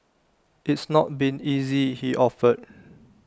it's not been easy he offered